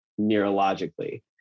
neurologically